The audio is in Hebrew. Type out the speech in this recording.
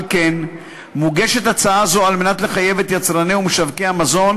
על כן הצעה זאת מוגשת על מנת לחייב את היצרנים ומשווקי המזון